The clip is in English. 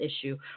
issue